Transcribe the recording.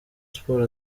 sport